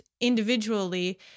individually